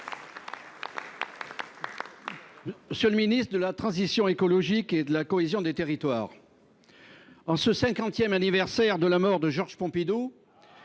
M. le ministre de la transition écologique et de la cohésion des territoires. En ce cinquième anniversaire de la mort de Georges Pompidou,